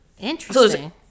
Interesting